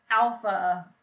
alpha